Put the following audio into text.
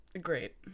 great